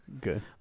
good